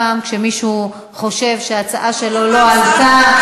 וכל פעם כשמישהו חושב שההצעה שלו לא עלתה,